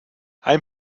ein